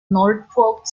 norfolk